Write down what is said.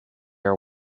are